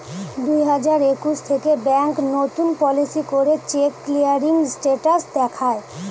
দুই হাজার একুশ থেকে ব্যাঙ্ক নতুন পলিসি করে চেক ক্লিয়ারিং স্টেটাস দেখায়